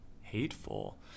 hateful